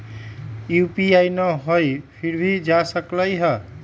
UPI न हई फिर भी जा सकलई ह?